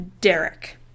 Derek